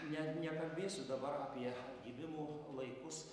ne nekalbėsiu dabar apie atgimimo laikus